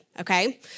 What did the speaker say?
okay